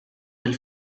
del